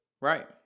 Right